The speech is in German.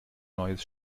neues